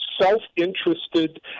self-interested